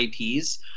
IPs